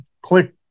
click